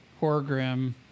Horgrim